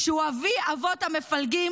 שהוא אבי-אבות המפלגים